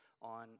on